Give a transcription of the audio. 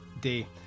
day